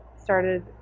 started